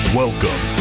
welcome